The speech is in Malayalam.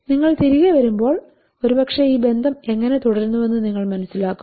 നിങ്ങൾ തിരികെ വരുമ്പോൾ ഒരുപക്ഷേ ഈ ബന്ധം എങ്ങനെ തുടരുന്നുവെന്ന് നിങ്ങൾ മനസ്സിലാക്കും